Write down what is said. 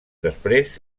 després